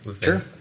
Sure